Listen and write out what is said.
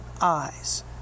eyes